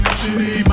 city